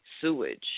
sewage